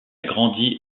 grandi